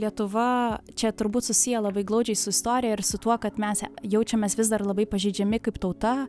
lietuva čia turbūt susiję labai glaudžiai su istorija ir su tuo kad mes jaučiamės vis dar labai pažeidžiami kaip tauta